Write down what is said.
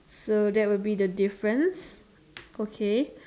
so that will be the difference okay